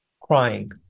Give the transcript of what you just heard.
crying